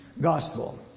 gospel